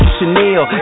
Chanel